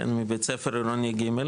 מבית ספר עירוני ג',